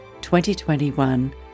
2021